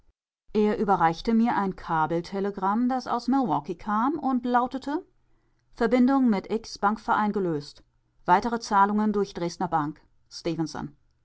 er überreichte mir ein kabeltelegramm das aus milwaukee kam und lautete verbindung mit x bankverein gelöst weitere zahlungen durch dresdner bank